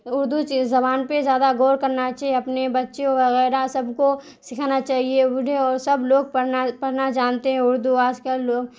اردو زبان پہ زیادہ غور کرنا چاہیے اپنے بچے وغیرہ سب کو سکھانا چاہیے ویڈیو اور سب لوگ پڑھنا پڑھنا جانتے ہیں اردو آج کل لوگ